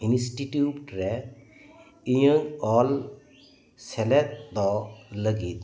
institute ᱨᱮ ᱤᱧᱟᱹᱜ ᱚᱞ ᱥᱮᱞᱮᱛᱚᱜ ᱞᱟᱹᱜᱤᱫ